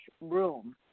room